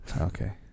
Okay